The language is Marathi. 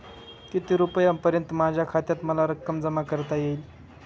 किती रुपयांपर्यंत माझ्या खात्यात मला रक्कम जमा करता येईल?